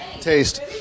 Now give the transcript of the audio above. taste